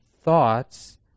thoughts